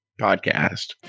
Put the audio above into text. podcast